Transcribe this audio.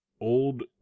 Old